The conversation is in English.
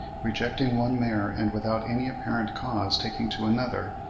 rejecting one mare and without any apparent cause taking to another,